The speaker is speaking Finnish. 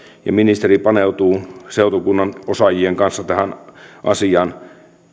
ja ministeri paneutuu seutukunnan osaajien kanssa tähän asiaan